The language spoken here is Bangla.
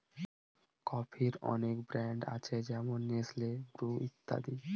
কফির অনেক ব্র্যান্ড আছে যেমন নেসলে, ব্রু ইত্যাদি